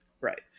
right